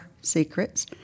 Secrets